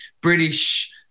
British